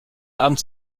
abend